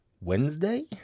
Wednesday